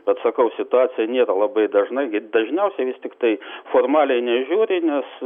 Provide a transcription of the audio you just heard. bet sakau situacija nėra labai dažna dažniausiai vis tiktai formaliai nežiūri nes